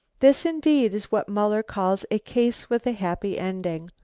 this indeed is what muller calls a case with a happy ending,